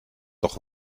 doch